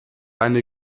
eine